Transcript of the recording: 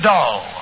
Doll